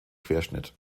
querschnitt